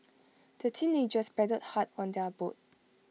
the teenagers paddled hard on their boat